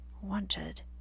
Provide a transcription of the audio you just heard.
wanted